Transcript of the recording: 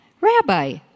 Rabbi